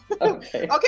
Okay